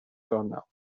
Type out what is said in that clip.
gornel